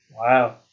Wow